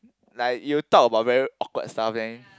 like you talk about very awkward stuff then